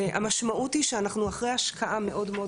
המשמעות היא שאחרי השקעה מאוד-מאוד